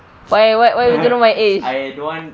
why why why you want to know my age